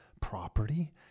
property